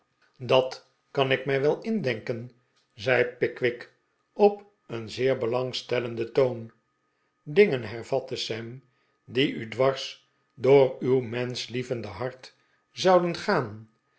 dat kan ik mij wel indenken zei pickwick op een zeer belangstellenden toon dingen r hervatte sam die u dwars door uw menschlievende hart zouden gaan